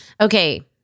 Okay